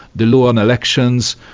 the law on elections,